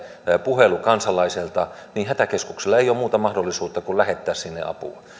puhelu kansalaiselta niin hätäkeskuksella ei ole muuta mahdollisuutta kuin lähettää sinne apua